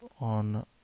on